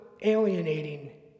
alienating